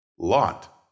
Lot